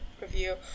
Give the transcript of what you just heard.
review